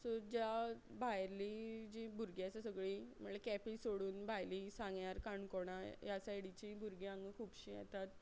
so ज्या भायलीं जीं भुरगीं आसा सगळीं म्हळ्ळ्या केंपे सोडून भायलीं सांग्यार काणकोणा ह्या सायडीचीं भुरगीं हांगां खुबशीं येतात